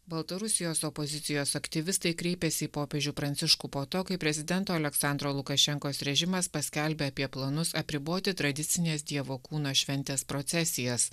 baltarusijos opozicijos aktyvistai kreipėsi į popiežių pranciškų po to kai prezidento aleksandro lukašenkos režimas paskelbė apie planus apriboti tradicinės dievo kūno šventės procesijas